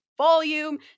volume